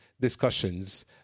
discussions